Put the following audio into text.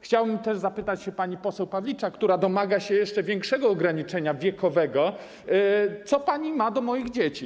Chciałbym też zapytać panią poseł Pawliczak, która domaga się jeszcze większego ograniczenia wiekowego, co pani ma do moich dzieci.